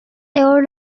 তেওঁৰ